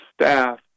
staff